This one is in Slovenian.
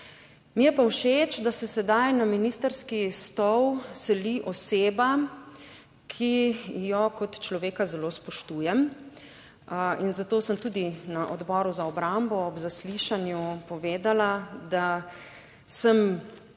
Mi je pa všeč, da se sedaj na ministrski stol seli oseba, ki jo kot človeka zelo spoštujem, in zato sem tudi na Odboru za obrambo ob zaslišanju povedala, da sem